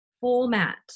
format